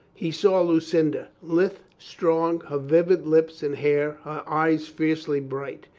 he saw lucinda, lithe, strong, her vivid lips and hair, her eyes fiercely bright.